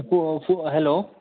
फु फु हेलो